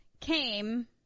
came